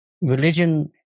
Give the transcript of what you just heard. religion